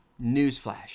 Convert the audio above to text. Newsflash